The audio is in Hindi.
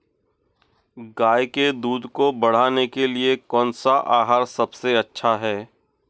गाय के दूध को बढ़ाने के लिए कौनसा आहार सबसे अच्छा है?